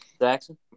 Jackson